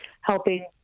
helping